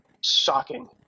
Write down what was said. shocking